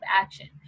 action